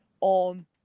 on